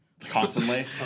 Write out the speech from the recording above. constantly